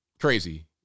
crazy